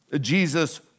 Jesus